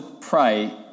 pray